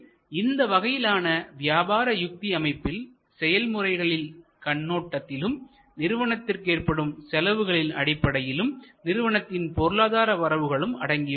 எனவே இந்த வகையிலான வியாபார யுக்தி அமைப்பில் செயல்முறைகளில் கண்ணோட்டத்திலும்நிறுவனத்திற்கு ஏற்படும் செலவுகளின் அடிப்படையிலும் நிறுவனத்தின் பொருளாதார வரவுகளும் அடங்கியுள்ளன